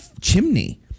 chimney